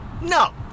No